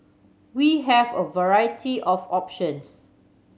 we have a variety of options